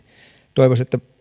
toivoisin että